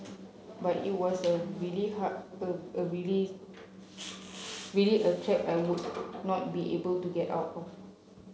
but it was a really a a really really a trap I would not be able to get out of